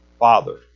father